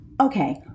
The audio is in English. okay